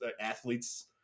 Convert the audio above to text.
athletes